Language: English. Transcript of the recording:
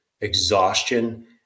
exhaustion